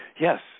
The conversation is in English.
yes